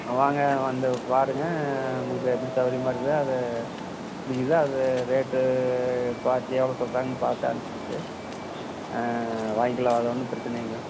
வாங்க வந்து பாருங்க உங்களுக்கு எப்படி சவுரியமா இருக்குதோ அது பிடிக்குதோ அது ரேட்டு பார்த்து எவ்வளோ சொல்கிறாங்கன்னு பார்த்து அனுசரித்து வாங்கிலாம் அது ஒன்றும் பிரச்சனை இல்லைங்க